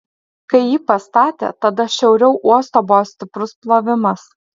kai jį pastatė tada šiauriau uosto buvo stiprus plovimas